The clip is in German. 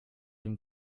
dem